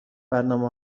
برنامه